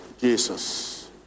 Jesus